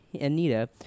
Anita